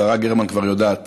השרה גרמן כבר יודעת